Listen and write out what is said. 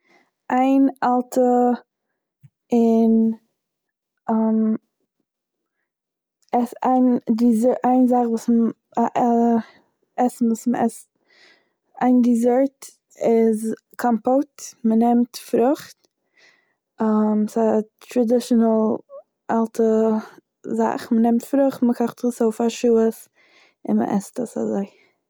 איין אלטע און עס- איין- איין דיזערט וואס- א- א עסן וואס מ'עסט, איין דיזערט איז קאמפאוט, מ'נעמט פרוכט ס'איז א טראדישענעל אלטע זאך, מ'נעמט פרוכט מ'קאכט עס אויף פאר שעות, און מ'עסט עס אזוי.